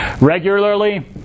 Regularly